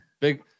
Big